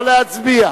נא להצביע,